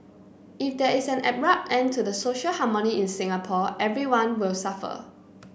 if there is an abrupt end to the social harmony in Singapore everyone will suffer